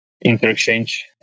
inter-exchange